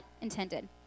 intended